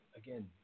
again